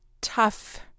tough